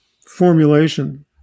formulation